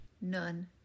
None